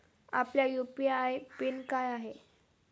आपला UPI PIN काय आहे?